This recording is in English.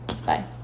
Bye